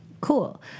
Cool